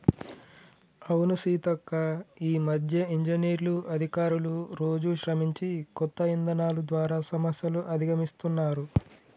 అవును సీతక్క ఈ మధ్య ఇంజనీర్లు అధికారులు రోజు శ్రమించి కొత్త ఇధానాలు ద్వారా సమస్యలు అధిగమిస్తున్నారు